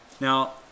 Now